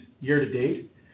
year-to-date